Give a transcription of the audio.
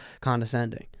condescending